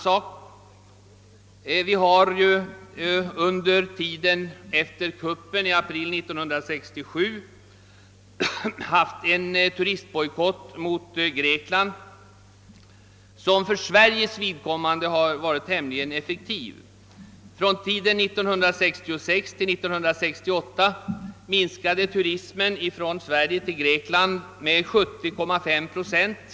Efter militärjuntans kupp i Grekland i april 1967 har vi haft en turistbojkott mot Grekland, vilken för Sveriges del varit tämligen effektiv. Under åren 1966— 1968 minskade turismen från Norden med 70,5 procent.